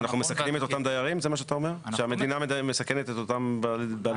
אז בעצם אתה אומר שהמדינה מסכנת את אותם דיירים?